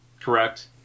Correct